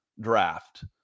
draft